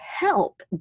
help